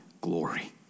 glory